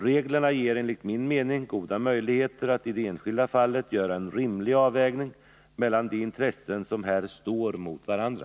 Reglerna ger enligt min mening goda möjligheter att i det enskilda fallet göra en rimlig avvägning mellan de intressen som här står mot varandra.